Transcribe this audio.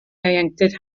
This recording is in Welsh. ieuenctid